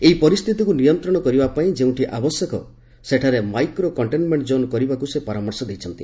ଏହି ପରିସ୍ବିତିକୁ ନିୟନ୍ତଣ କରିବାପାଇଁ ଯେଉଁଠି ଆବଶ୍ୟକ ସେଠାରେ ମାଇକ୍ରୋ କଣ୍ଟେନ୍ମେଣ୍କ ଜୋନ୍ କରିବାକୁ ସେ ପରାମର୍ଶ ଦେଇଛନ୍ତି